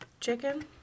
chicken